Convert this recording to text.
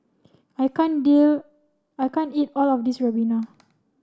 I can't dear I can't eat all of this Ribena